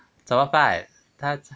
怎么办他